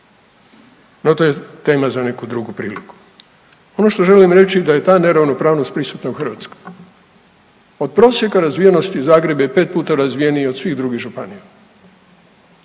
No to je tema za neku drugu priliku. Ono što želim reći da je ta neravnopravnost prisutna u Hrvatskoj. Od prosjeka razvijenosti Zagreb je 5 puta razvijeniji od svih drugih županija,